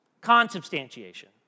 consubstantiation